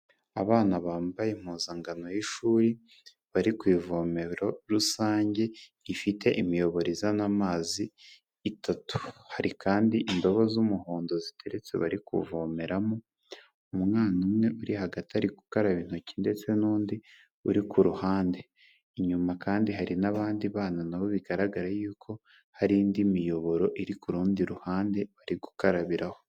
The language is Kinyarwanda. Abana bambaye impuzangano y'ishuri, bari ku ivomero rusange, rifite imiyoboro izana amazi itatu, hari kandi indobo z'umuhondo ziteretse, bari kuvomeramo, umwana umwe uri hagati ari gukaraba intoki ndetse n'undi uri ku ruhande, inyuma kandi hari n'abandi bana na bo bigaragara yuko hari indi miyoboro iri ku rundi ruhande bari gukarabiraho.